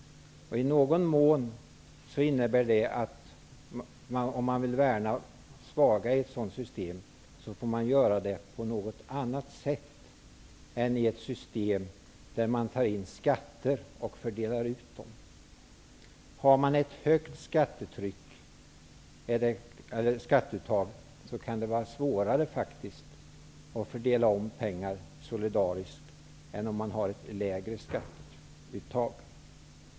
Det innebär i någon mån att om man vill värna de svaga i ett sådant system, får man göra det på något annat sätt än att ta in skatter och fördela ut dem. Om man har ett högt skattetak, kan det faktiskt vara svårare att solidariskt omfördela pengar än om man har ett lägre skattetak.